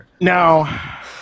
Now